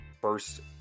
first